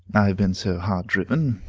i have been so hard driven,